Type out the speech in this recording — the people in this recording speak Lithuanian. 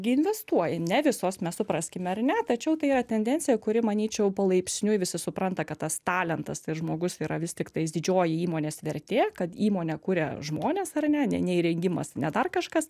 gi investuoja ne visos mes supraskime ar ne tačiau tai yra tendencija kuri manyčiau palaipsniui visi supranta kad tas talentas tai žmogus yra vis tiktais didžioji įmonės vertė kad įmonę kuria žmonės ar ne ne ne įrengimas ne dar kažkas